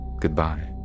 Goodbye